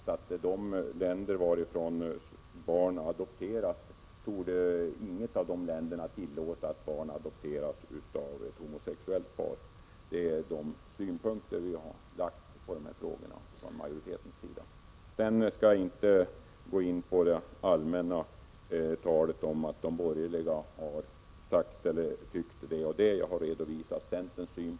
Inte i något av de länder varifrån barn adopteras torde det tillåtas att barn adopteras av ett homosexuellt par. Det är dessa synpunkter vi från utskottsmajoriteten har lagt på dessa frågor. Jag skall inte gå in på det allmänna talet om vad de borgerliga har tyckt eller sagt. Jag har redovisat centerns syn.